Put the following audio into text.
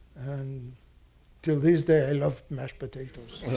and until this day i love mashed potatoes.